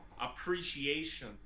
appreciation